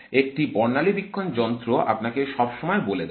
একটি বর্ণালিবীক্ষণ যন্ত্র আপনাকে সব সময় বলে দেয়